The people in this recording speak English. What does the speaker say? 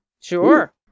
Sure